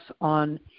on